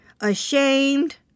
Ashamed